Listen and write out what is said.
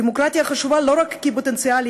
דמוקרטיה חשובה לא רק כי בפוטנציאל היא